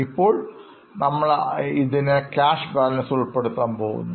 ഇപ്പോൾ നമ്മൾ ഇതിനെ ക്യാഷ് ബാലൻസിൽ ഉൾപ്പെടുത്താൻ പോകുന്നു